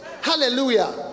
Hallelujah